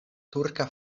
turka